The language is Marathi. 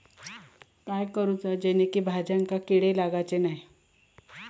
काय करूचा जेणेकी भाजायेंका किडे लागाचे नाय?